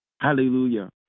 Hallelujah